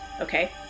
okay